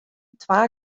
twa